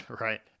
Right